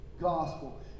gospel